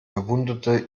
bewunderte